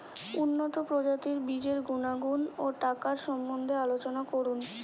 উন্নত প্রজাতির বীজের গুণাগুণ ও টাকার সম্বন্ধে আলোচনা করুন